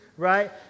right